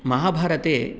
महाभारते